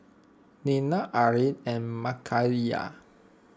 Nena Arlin and Makaila